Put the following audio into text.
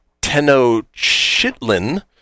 Tenochtitlan